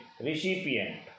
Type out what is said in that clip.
Recipient